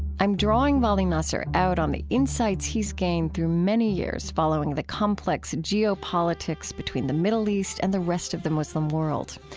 i'm drawing vali nasr out on the insights he's gained through many years following the complex geopolitics between the middle east and the rest of the muslim world.